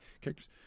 characters